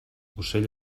ocell